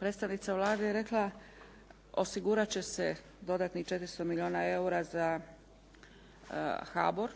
Predstavnica Vlade je rekla osigurat će se dodatnih 400 milijuna eura za HBOR,